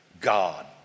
God